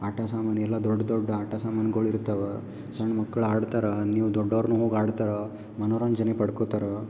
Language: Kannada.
ಆಟ ಸಾಮಾನೆಲ್ಲಾ ದೊಡ್ಡ ದೊಡ್ಡ ಆಟ ಸಾಮಾನ್ಗಳು ಇರ್ತವ ಸಣ್ಣ ಮಕ್ಕಳು ಆಡ್ತರಾ ನೀವು ದೊಡ್ಡವ್ರು ಕೂಡ ಹೋಗಿ ಆಡ್ತರಾ ಮನೋರಂಜನೆ ಪಡ್ಕೋತಾರೆ